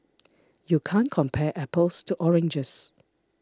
you can't compare apples to oranges